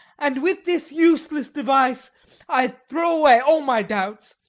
and with this useless device i throw away all my doubts.